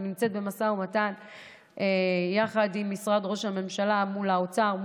אני נמצאת במשא ומתן יחד עם משרד ראש הממשלה מול האוצר,